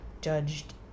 judged